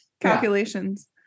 calculations